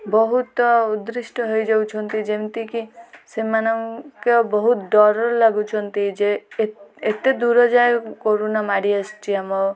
ବହୁତ ଉଦୃିଷ୍ଟ ହେଇଯାଉଛନ୍ତି ଯେମିତିକି ସେମାନଙ୍କ ବହୁତ ଡର ଲାଗୁଛନ୍ତି ଯେ ଏତେ ଦୂର ଯାଏ କରୋନା ମାଡ଼ି ଆସିଛି ଆମ